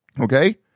Okay